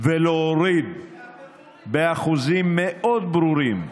ולהוריד באחוזים מאוד ברורים.